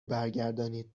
برگردانید